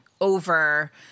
over